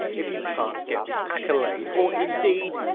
if you can't get the accolade, or indeed,